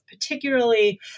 particularly